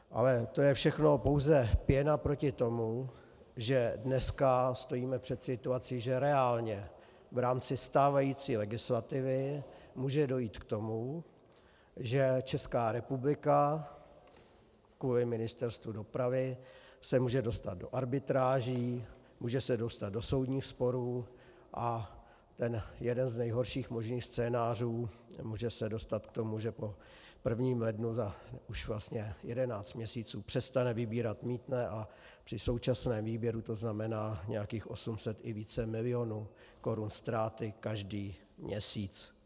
Ale to je všechno pouze pěna proti tomu, že dneska stojíme před situací, že reálně v rámci stávající legislativy může dojít k tomu, že Česká republika se kvůli Ministerstvu dopravy může dostat do arbitráží, může se dostat do soudních sporů, a ten jeden z nejhorších možných scénářů může se dostat k tomu, že po 1. lednu, už vlastně za 11 měsíců, přestane vybírat mýtné a při současném výběru to znamená nějakých 800 i více milionů korun ztráty každý měsíc.